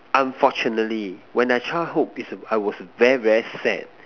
unfortunately when my childhood it's I was very very sad